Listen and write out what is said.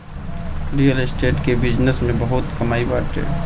real estate के business में बहुते कमाई बाटे